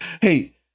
hey